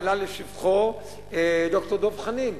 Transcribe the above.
לשבחו של ד"ר דב חנין.